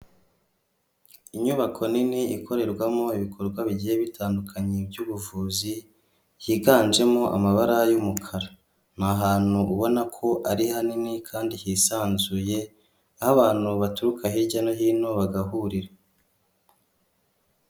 Inyubako nini ikorerwamo ibikorwa bigiye bitandukanye by'ubuvuzi, higanjemo amabara y'umukara, ni ahantu ubona ko ari hanini kandi hisanzuye aho abantu baturuka hirya no hino bagahurira.